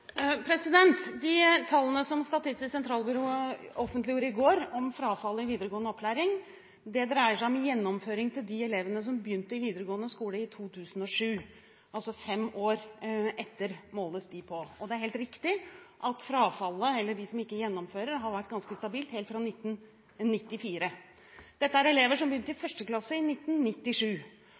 De tallene som Statistisk sentralbyrå offentliggjorde i går, om frafall i videregående opplæring, dreier seg om gjennomføringen til de elevene om begynte i videregående skole i 2007 – de måles altså etter fem år. Det er helt riktig at frafallet, eller de som ikke gjennomfører, har vært ganske stabilt helt fra 1994. Dette er elever som begynte i første klasse i 1997.